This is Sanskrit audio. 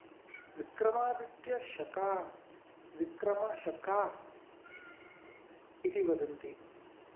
विक्रमादित्यशका विक्रमशका इति वदन्ति